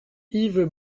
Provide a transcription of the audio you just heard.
yves